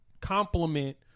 complement